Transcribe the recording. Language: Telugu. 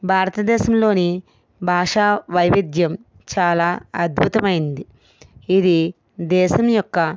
భారతదేశంలోని భాషా వైవిధ్యం చాలా అద్భుతమైనది ఇది దేశం యొక్క